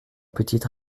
petite